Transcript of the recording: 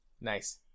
nice